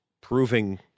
proving